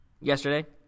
yesterday